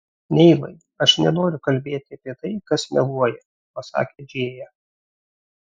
neilai aš nenoriu kalbėti apie tai kas meluoja pasakė džėja